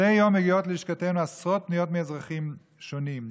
מדי יום מגיעות ללשכתנו עשרות פניות מאזרחים שונים,